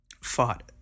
fought